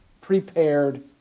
prepared